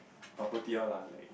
property all lah like